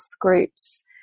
groups